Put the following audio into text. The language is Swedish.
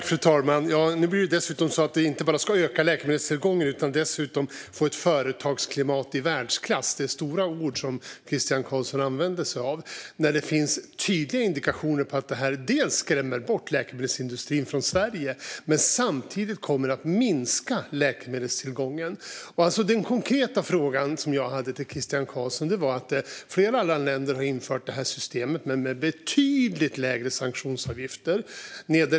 Fru talman! Nu ska det alltså inte bara ska öka läkemedelstillgången utan dessutom skapa ett företagsklimat i världsklass. Det är stora ord Christian Carlsson använder sig av när det finns tydliga indikationer på att detta både skrämmer bort läkemedelsindustrin från Sverige och kommer att minska läkemedelstillgången. Den konkreta fråga jag hade till Christian Carlsson gäller att flera andra länder har infört det här systemet men med betydligt lägre sanktionsavgifter.